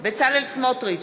בצלאל סמוטריץ,